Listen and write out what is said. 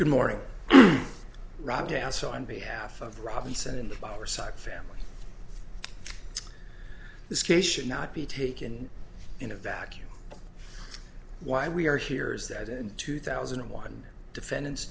good morning rob gas on behalf of robinson in the power side family this case should not be taken in a vacuum why we are here is that in two thousand and one defendants